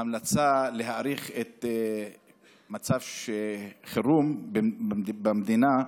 ההמלצה להאריך את מצב החירום במדינה,